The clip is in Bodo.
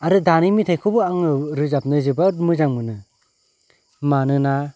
आरो दानि मेथाइखौबो आङो रोजाबनो जोबोद मोजां मोनो मानोना